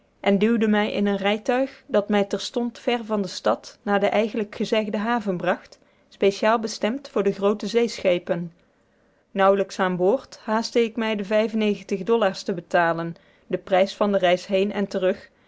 en duwde mij in een rijtuig dat mij terstond ver van de stad naar de eigenlijk gezegde haven bracht speciaal bestemd voor de groote zeeschepen nauwelijks aan boord haast ik mij de dollars te betalen den prijs van de reis heen en terug